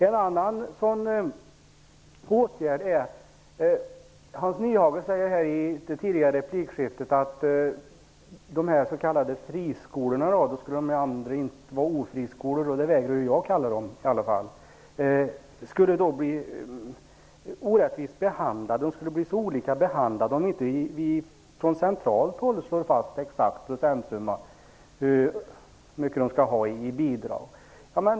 En annan sådan åtgärd kan vara följande: Hans Nyhage sade i det tidigare replikskiftet att friskolorna -- och då skulle de andra vara ''ofriskolor'', men det vägrar jag att kalla dem -- skulle bli orättvist behandlade. De skulle bli så olika behandlade om vi inte från centralt håll skulle slå fast en exakt procentsumma för hur mycket de skall ha i bidrag.